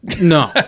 No